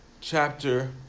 chapter